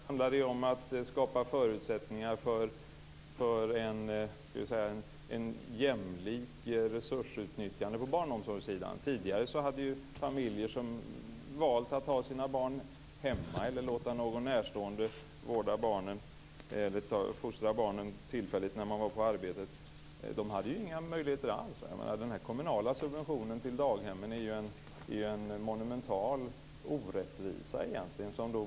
Fru talman! Vårdnadsbidraget handlade ju om att man skulle skapa förutsättningar för ett jämlikt resursutnyttjande på barnomsorgssidan. Tidigare hade ju familjer som hade valt att ha sina barn hemma eller låta någon närstående vårda eller fostra dem tillfälligt när de var på arbetet inga möjligheter alls. Den här kommunala subventionen till daghemmen är egentligen en monumental orättvisa.